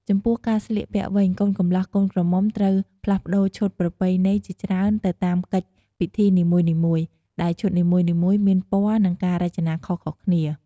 ចំពោះការស្លៀកពាក់វិញ កូនកំលោះកូនក្រមុំត្រូវផ្លាស់ប្តូរឈុតប្រពៃណីជាច្រើនទៅតាមកិច្ចពិធីនីមួយៗ ដែលឈុតនីមួយៗមានពណ៌ និងការរចនាខុសៗគ្នា។